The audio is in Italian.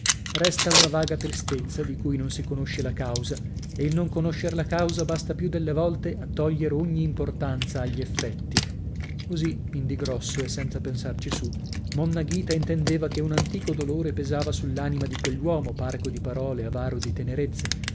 resta una vaga tristezza di cui non si conosce la causa e il non conoscer la causa basta più delle volte a toglier ogni importanza agli effetti così in di grosso e senza pensarci su monna ghita intendeva che un antico dolore pesava sull'anima di quell'uomo parco di parole avaro di tenerezze